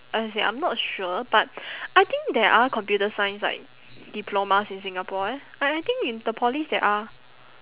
I say I'm not sure but I think there are computer science like diplomas in singapore eh I I think in the polys there are